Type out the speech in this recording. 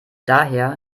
daher